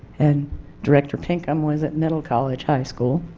and director pinkham was at middle college high school,